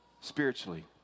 spiritually